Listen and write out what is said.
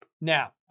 Now